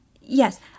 Yes